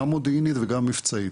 גם מודיעינית וגם מבצעית.